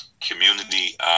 Community